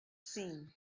seen